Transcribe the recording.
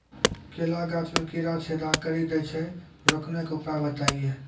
केला गाछ मे कीड़ा छेदा कड़ी दे छ रोकने के उपाय बताइए?